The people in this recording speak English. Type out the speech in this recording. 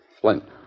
Flint